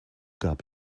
gab